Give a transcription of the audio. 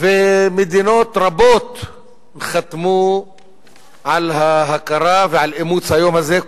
ומדינות רבות חתמו על ההכרה ועל אימוץ היום הזה,